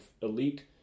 elite